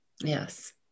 Yes